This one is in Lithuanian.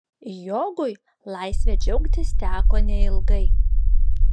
jogui laisve džiaugtis teko neilgai